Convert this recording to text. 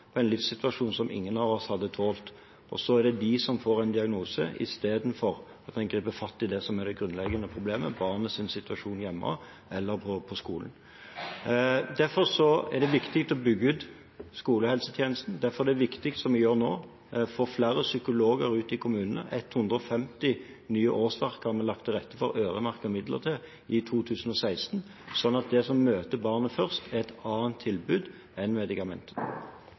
på en livssituasjon som ingen av oss hadde tålt. De får en diagnose i stedet for at man griper fatt i det som er det grunnleggende problemet – barnets situasjon hjemme eller på skolen. Derfor er det viktig å bygge ut skolehelsetjenesten. Derfor er det viktig, det vi gjør nå, at vi får flere psykologer ute i kommunene. 150 nye årsverk har vi lagt til rette for og øremerket midler til i 2016, slik at det som møter barnet først, er et annet tilbud enn medikamenter.